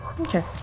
Okay